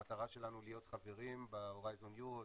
המטרה שלנו להיות חברים בהורייזן יורו,